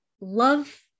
love